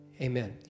amen